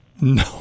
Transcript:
No